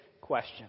question